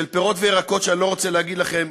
של פירות וירקות שאני לא רוצה להגיד לכם,